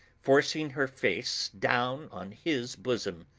forcing her face down on his bosom.